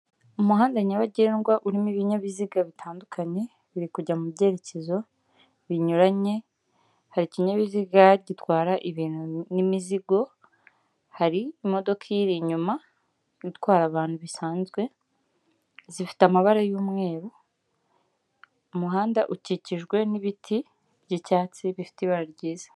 Umuhanda nyabagendwa urimo ibinyabiziga bitandukanye biri kujya mu byerekezo binyuranye hari ikinyabiziga gitwara ibintu n'imizigo hari imodoka iri inyuma itwara abantu bisanzwe zifite amabara y'umweru, umuhanda ukikijwe n'ibiti by'icyatsi bifite ibara ryiza.